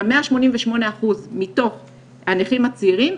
של ה-188 אחוזים מתוך הנכים הצעירים,